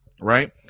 right